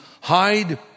hide